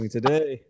today